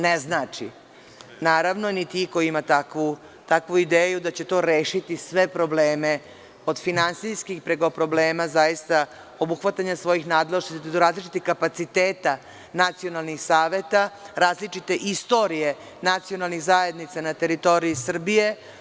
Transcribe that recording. Naravno, to ne znači, niti iko ima takvu ideju, da će to rešiti sve probleme, od finansijskih, preko problema obuhvatanja svojih nadležnosti, do različitih kapaciteta nacionalnih saveta, različite istorije nacionalnih zajednica na teritoriji Srbije.